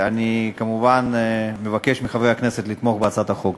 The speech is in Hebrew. אני כמובן מבקש מחברי הכנסת לתמוך בהצעת החוק.